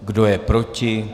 Kdo je proti?